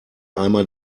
einmal